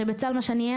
הרי בצה"ל מה שאני אהיה,